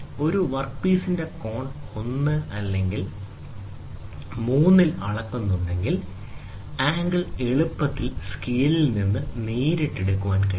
ഒരു വർക്ക് പീസിന്റെകോൺ 1 അല്ലെങ്കിൽ 3 ൽ അളക്കുന്നുണ്ടെങ്കിൽ ആംഗിൾ എളുപ്പത്തിൽ സ്കെയിലിൽ നിന്ന് നേരിട്ട് വായിക്കാൻ കഴിയും